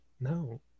no